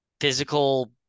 physical